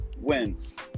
wins